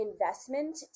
investment